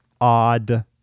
odd